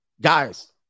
Guys